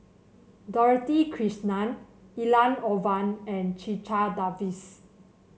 Dorothy Krishnan Elangovan and Checha Davies